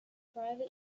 private